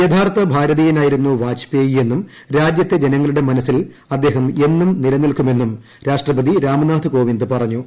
യഥാർത്ഥ ഭാരതീയനായിരുന്നു വാജ്പേയെന്നും രാജ്യത്തെ ജനങ്ങളുടെ മനസ്സിൽ അദ്ദേഹം എന്നും നിലനിൽക്കുമെന്നും രാഷ്ട്രപതി രാംനാഥ് കോവിന്ദ് പറഞ്ഞു